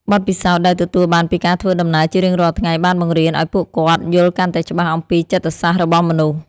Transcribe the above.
បទពិសោធន៍ដែលទទួលបានពីការធ្វើដំណើរជារៀងរាល់ថ្ងៃបានបង្រៀនឱ្យពួកគាត់យល់កាន់តែច្បាស់អំពីចិត្តសាស្ត្ររបស់មនុស្ស។